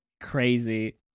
crazy